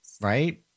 right